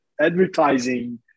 advertising